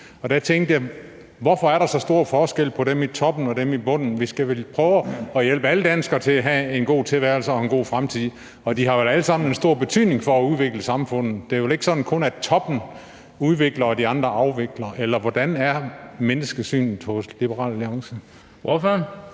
Der tænkte jeg: Hvorfor er der så stor forskel på dem i toppen og dem i bunden? Vi skal vel prøve at hjælpe alle danskere til at have en god tilværelse og en god fremtid, og de har vel alle sammen en stor betydning for at udvikle samfundet. Det er vel ikke sådan, at det kun er toppen, som udvikler, og de andre afvikler, eller hvordan er menneskesynet hos Liberal Alliance?